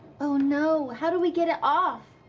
oh no, how do we get it off?